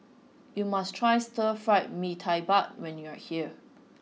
you must try stir fried mee tai mak when you are here